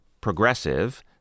progressive